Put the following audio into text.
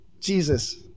Jesus